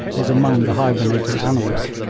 is among the hibernating animals.